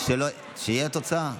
מה התוצאה?